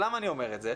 למה אני אומר את זה?